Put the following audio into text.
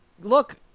look